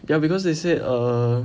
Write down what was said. ya because they said err